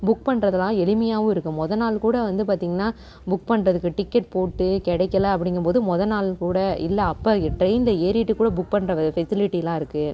book பண்ணுறதலாம் எளிமையாகவும் இருக்குது மொதல் நாள் கூட வந்து பார்த்திங்கனா புக் பண்ணுறதுக்கு டிக்கெட் போட்டு கிடைக்கல அப்படிங்கும்போது மொதல் நாள் கூட இல்லை அப்போ ட்ரெயினில் ஏறிட்டு கூட புக் பண்ணுற வ ஃபெசிலிட்டியெலாம் இருக்குது